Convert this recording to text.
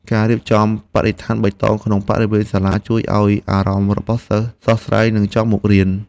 ការរៀបចំបរិស្ថានបៃតងក្នុងបរិវេណសាលាជួយឱ្យអារម្មណ៍របស់សិស្សស្រស់ស្រាយនិងចង់មករៀន។